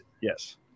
Yes